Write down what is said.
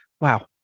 wow